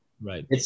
Right